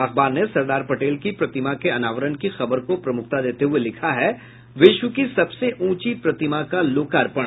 अखबार ने सरदार पटेल की प्रतिमा के अनावरण की खबर को प्रमुखता देते हुये लिखा है विश्व की सबसे ऊंची प्रतिमा का लोकार्पण